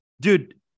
Dude